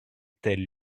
tels